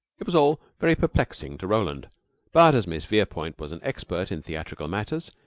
it was all very perplexing to roland but as miss verepoint was an expert in theatrical matters,